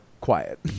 quiet